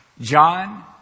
John